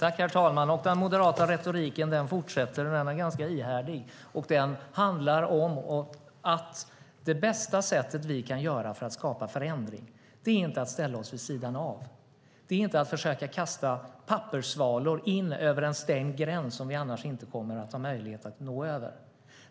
Herr talman! Den moderata retoriken fortsätter och är ganska ihärdig. För att kunna skapa förändring kan vi inte ställa oss vid sidan av och försöka kasta papperssvalor in över en stängd gräns som vi annars inte kommer att ha möjlighet att nå över.